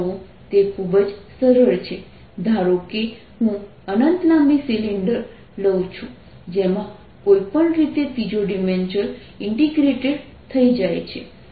તે ખૂબ જ સરળ છે ધારો કે હું અનંત લાંબી સિલિન્ડર લઉં છું જેમાં કોઈપણ રીતે ત્રીજો ડિમેન્શન ઇન્ટિગ્રેટેડ થઈ જાય છે